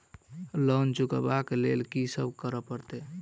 Loan चुका ब लैल की सब करऽ पड़तै?